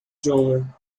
جمعه